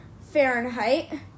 Fahrenheit